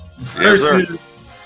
versus